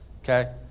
okay